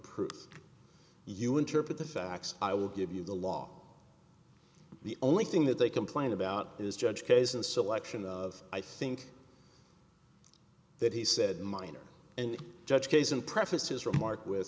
proof you interpret the facts i will give you the law the only thing that they complained about is judge case and selection of i think that he said minor and judge kazan prefaced his remark with